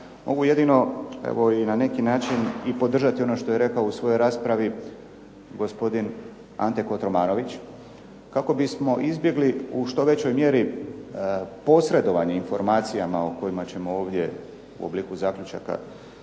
mogu jedino evo i na neki način i podržati ono što je rekao u svojoj raspravi gospodin Ante Kotromanović, kako bismo izbjegli u što većoj mjeri posredovanje informacijama o kojima ćemo ovdje u obliku zaključaka